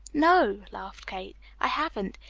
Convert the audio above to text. no! laughed kate, i haven't!